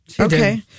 Okay